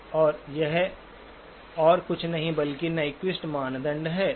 और यह और कुछ नहीं बल्कि नाइक्वेस्ट मानदंड है